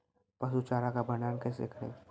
पसु चारा का भंडारण कैसे करें?